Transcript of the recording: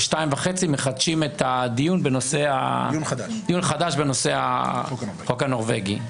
ב-14:30 דיון חדש בנושא החוק הנורבגי.